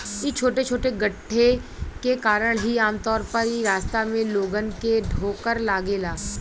इ छोटे छोटे गड्ढे के कारण ही आमतौर पर इ रास्ता में लोगन के ठोकर लागेला